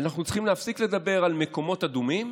אנחנו צריכים להפסיק לדבר על מקומות אדומים